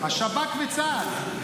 השב"כ וצה"ל,